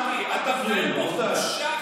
הקורונה, אדוני היושב-ראש,